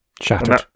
Shattered